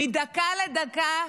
מדקה לדקה,